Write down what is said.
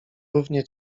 równie